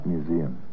Museum